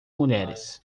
mulheres